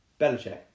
Belichick